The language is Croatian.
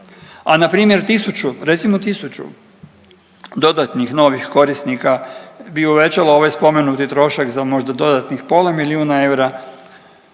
A npr. 1000 recimo 1000 dodatnih novih korisnika bi uvećalo ovaj spomenuti trošak za možda dodatnih pola milijuna eura,